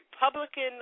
Republican